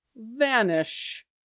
vanish